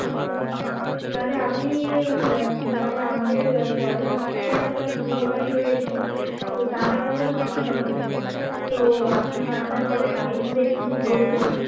আচ্ছা আচ্ছা তাহলে আপনি তাহলে আমাদের পরের সপ্তাহে একটা বিয়ে বাড়ি রয়েছে তো তার আগে আমরা শুটিংটা করতে চাই তো আপনি আপনার কবে টাইম হবে একটু যদি বলতেন